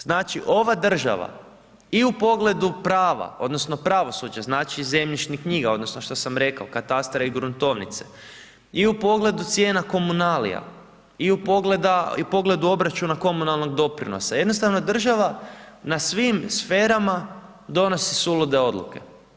Znači ova država i u pogledu prava odnosno pravosuđa, znači zemljišnih knjiga odnosno što sam rekao, katastra i gruntovnice i u pogledu cijena komunalija i u pogledu obračuna komunalnog doprinosa, jednostavno država na svim sferama donosi sulude odluke.